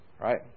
Right